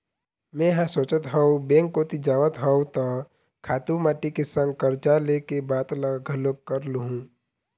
मेंहा सोचत हव बेंक कोती जावत हव त खातू माटी के संग करजा ले के बात ल घलोक कर लुहूँ